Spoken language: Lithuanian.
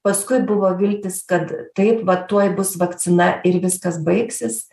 paskui buvo viltys kad taip va tuoj bus vakcina ir viskas baigsis